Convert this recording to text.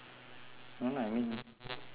no I mean